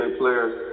players